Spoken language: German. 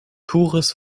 pures